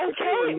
Okay